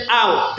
out